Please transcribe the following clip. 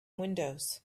windows